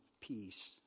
peace